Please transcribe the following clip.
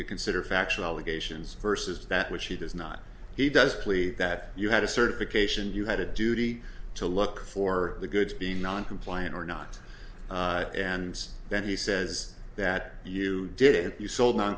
could consider factual allegations versus that which he does not he does plea that you had a certification you had a duty to look for the goods being non compliant or not and then he says that you did it and you sold non